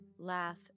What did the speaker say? laugh